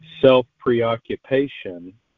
self-preoccupation